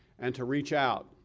and to reach out,